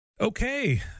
Okay